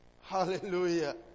Hallelujah